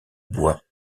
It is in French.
bois